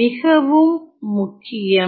மிகவும் முக்கியம்